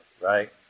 right